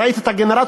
ראיתי את הגנרטור,